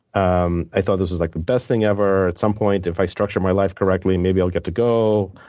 um i thought this was like the best thing ever. at some point, if i structure my life correctly, maybe i'll get to go.